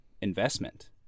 investment